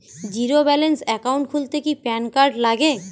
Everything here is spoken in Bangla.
জীরো ব্যালেন্স একাউন্ট খুলতে কি প্যান কার্ড লাগে?